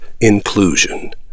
inclusion